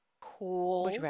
cool